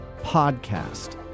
PODCAST